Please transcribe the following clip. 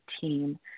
team